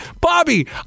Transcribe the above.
Bobby